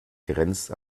grenzt